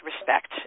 respect